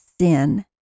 sin